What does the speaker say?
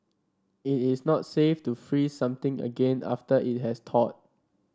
it is not safe to freeze something again after it has thawed